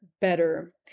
better